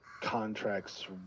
contracts